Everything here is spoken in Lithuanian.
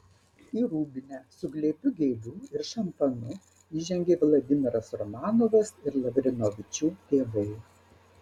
į rūbinę su glėbiu gėlių ir šampanu įžengė vladimiras romanovas ir lavrinovičių tėvai